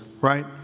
right